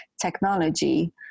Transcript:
technology